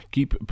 Keep